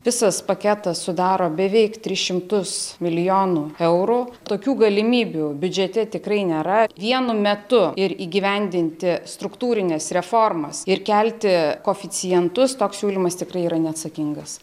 visas paketas sudaro beveik tris šimtus milijonų eurų tokių galimybių biudžete tikrai nėra vienu metu ir įgyvendinti struktūrines reformas ir kelti koeficientus toks siūlymas tikrai yra neatsakingas